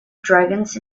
dragons